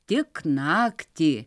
tik naktį